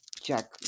check